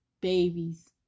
babies